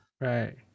right